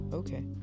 okay